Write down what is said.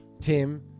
Tim